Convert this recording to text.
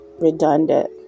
redundant